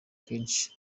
kenshi